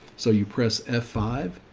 so you press f five.